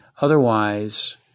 Otherwise